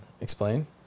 Explain